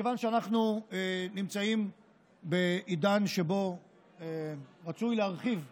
מכיוון שאנחנו נמצאים בעידן שבו רצוי להרחיב ולהבהיר,